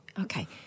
Okay